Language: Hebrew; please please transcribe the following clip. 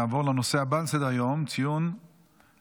נעבור לנושא הבא על סדר-היום: ציון היום